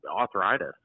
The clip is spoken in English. arthritis